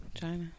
China